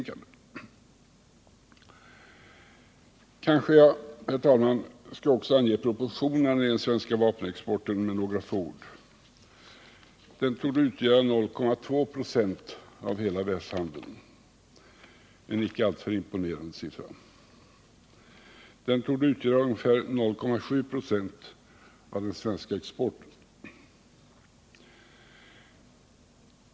Kanske skall jag också, herr talman, med några få ord beröra proportionerna när det gäller den svenska vapenexporten. Den torde utgöra 0,2 96 av hela världshandeln, vilket är en inte alltför imponerande siffra, och vidare torde den utgöra ungefär 0,7 96 av den svenska exporten.